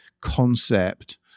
concept